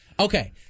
Okay